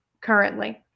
currently